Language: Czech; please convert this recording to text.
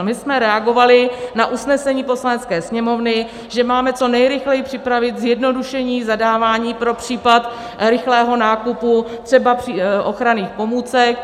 My jsme reagovali na usnesení Poslanecké sněmovny, že máme co nejrychleji připravit zjednodušení zadávání pro případ rychlého nákupu třeba ochranných pomůcek.